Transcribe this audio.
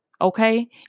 Okay